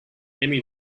emmy